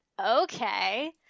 okay